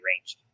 range